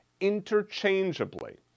interchangeably